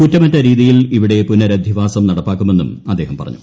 കുറ്റമറ്റ രീതിയിൽ ഇവിടെ പുനരധിവാസം നടപ്പാക്കുമെന്നും അദ്ദേഹം പറഞ്ഞു